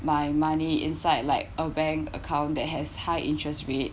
my money inside like a bank account that has high interest rate